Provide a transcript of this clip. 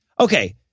Okay